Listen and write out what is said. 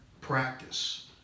practice